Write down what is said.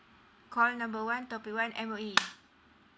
call number one topic one M_O_E